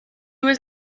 was